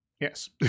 Yes